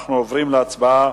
אנחנו עוברים להצבעה